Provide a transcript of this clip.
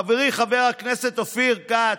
חברי חבר הכנסת אופיר כץ,